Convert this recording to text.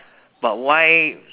but why